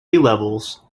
levels